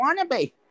Wannabe